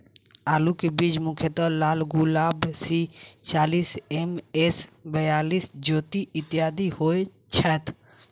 आलु केँ बीज मुख्यतः लालगुलाब, सी चालीस, एम.एस बयालिस, ज्योति, इत्यादि होए छैथ?